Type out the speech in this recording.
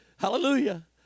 Hallelujah